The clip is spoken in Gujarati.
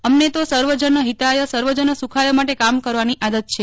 અમને તો સર્વ જન હિતાય સર્વ જન સુખાય માટે કામ કરવાની આદત છે